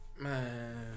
Man